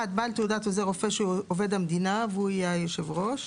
(1) בעל תעודת עוזר רופא שהוא עובד המדינה והוא יהיה היושב ראש,